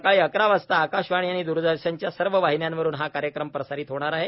सकाळी अकरा वाजता आकाशवाणी आणि दुरदर्शनच्या सर्व वाहिन्यांवरून हा कार्यक्रम प्रसारित होणार आहे